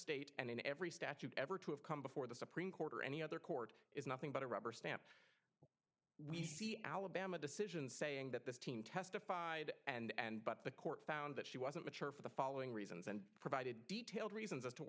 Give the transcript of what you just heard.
state and in every statute ever to have come before the supreme court or any other court is nothing but a rubber stamp we see alabama decision saying that this team testified and but the court found that she wasn't mature for the following reasons and provided detailed reasons as to